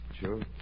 Sure